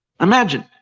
Imagine